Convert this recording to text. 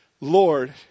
Lord